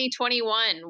2021